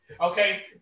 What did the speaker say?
okay